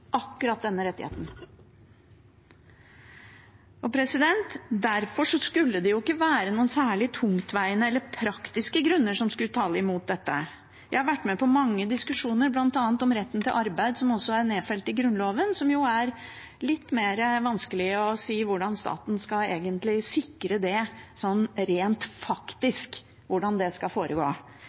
akkurat denne rettigheten. Derfor skulle det ikke være noen særlig tungtveiende eller praktiske grunner som skulle tale imot det. Jeg har vært med på mange diskusjoner om bl.a. retten til arbeid, som også er nedfelt i Grunnloven. Det er litt vanskeligere å si hvordan staten egentlig skal sikre det, hvordan det rent faktisk skal foregå. Med bolig er det